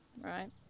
right